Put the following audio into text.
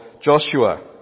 Joshua